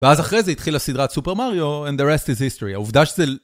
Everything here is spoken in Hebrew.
ואז אחרי זה התחילה סדרת סופר מריו, and the rest is history, העובדה שזה ל...